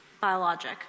biologic